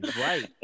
right